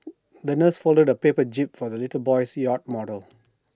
the nurse folded A paper jib for the little boy's yacht model